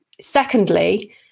secondly